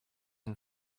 not